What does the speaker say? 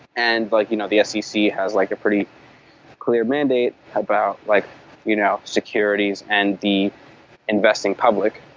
and like you know the scc has like a pretty clear mandate about like you know securities and the investing public,